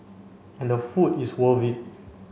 and the food is worth it